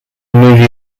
movie